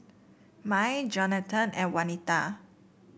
Mai Jonatan and Wanita